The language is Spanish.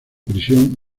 prisión